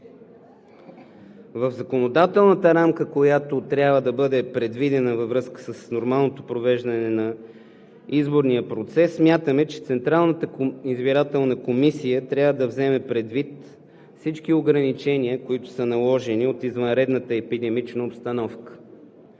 В законодателната рамка, която трябва да бъде предвидена във връзка с нормалното провеждане на изборния процес, смятаме, че Централната избирателна комисия трябва да вземе предвид всички ограничения, които са наложени от извънредната епидемична обстановка.